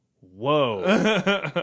whoa